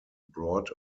brought